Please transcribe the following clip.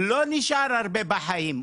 לא נשאר הרבה בחיים,